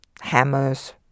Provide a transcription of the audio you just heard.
hammers